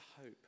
hope